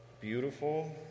Beautiful